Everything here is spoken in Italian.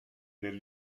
nel